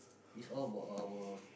is all about our